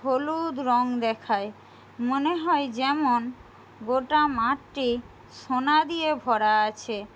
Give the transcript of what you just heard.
হলুদ রঙ দেখায় মনে হয় যেমন গোটা মাঠটি সোনা দিয়ে ভরা আছে